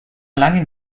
langen